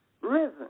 risen